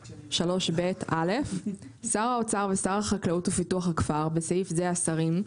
3ב. (א) שר האוצר ושר החקלאות ופיתוח הכפר (בסיף זה השרים),